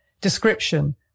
Description